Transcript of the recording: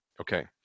Okay